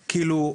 כאילו,